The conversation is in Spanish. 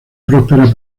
próspera